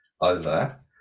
over